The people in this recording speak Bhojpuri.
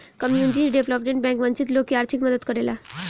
कम्युनिटी डेवलपमेंट बैंक वंचित लोग के आर्थिक मदद करेला